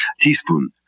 teaspoon